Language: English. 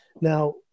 Now